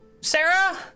Sarah